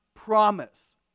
promise